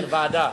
לוועדה.